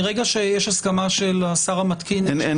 מרגע שיש הסכמה של השר המתקין --- אין